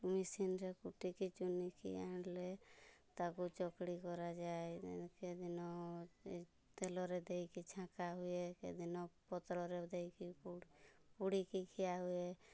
ମେସିନ୍ରେ କୁଟିକି ଚୁନିକି ଆଣିଲେ ତାକୁ ଚକୁଡ଼ି କରାଯାଏ କେ ଦିନ ତେଲରେ ଦେଇକି ଛାଙ୍କା ହୁଏ କେ ଦିନ ପତ୍ରରେ ଦେଇକି ପୁଡ଼ି ପୁଡ଼ିକି ଖିଆ ହୁଏ